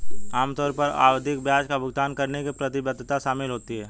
आम तौर पर आवधिक ब्याज का भुगतान करने की प्रतिबद्धता शामिल होती है